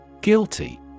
Guilty